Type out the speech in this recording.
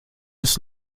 ist